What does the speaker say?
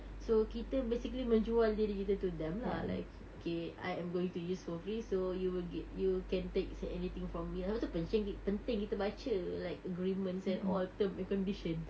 so kita basically menjual diri kita to them lah like okay I am going to use for free so you will get you can take anything from me sebab tu pencen~ penting kita baca like agreements and all term and condition